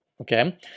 Okay